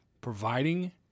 providing